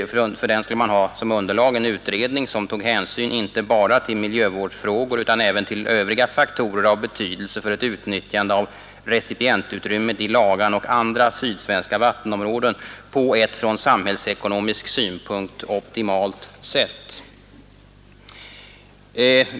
För den skulle man ha som underlag en utredning som tog hänsyn inte bara till miljövårdsfrågor utan även till övriga faktorer av betydelse för ett utnyttjande av recipientutrymmet i Lagan och andra sydsvenska vattenområden på ett från samhällsekonomisk synpunkt optimalt sätt.